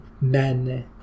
men